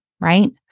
right